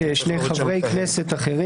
"שני חברי כנסת".